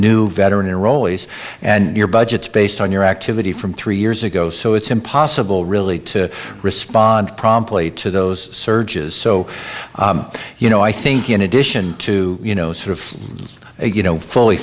new veteran iraq and your budgets based on your activity from three years ago so it's impossible really to respond promptly to those surges so you know i think in addition to you know sort of you know fully